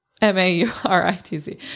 M-A-U-R-I-T-Z